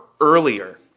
earlier